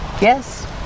Yes